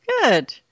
good